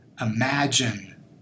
Imagine